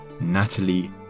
Natalie